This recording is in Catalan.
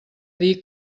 dir